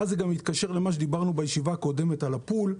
ואז זה גם מתקשר למה שדיברנו בישיבה הקודמת על ה-פול,